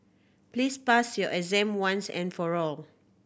please pass your exam once and for all